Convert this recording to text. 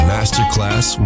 Masterclass